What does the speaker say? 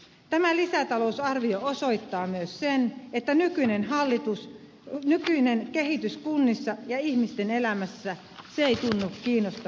tämä lisätalousarvio osoittaa myös sen että nykyinen kehitys kunnissa ja ihmisten elämässä ei tunnu kiinnostavan hallitusta